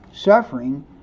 Suffering